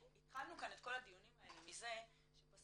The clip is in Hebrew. התחלנו כאן את כל הדיונים האלה מזה שבסוף